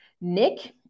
Nick